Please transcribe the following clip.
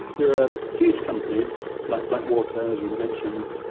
there are huge companies, like blackwater, as we mentioned,